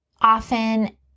often